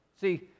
see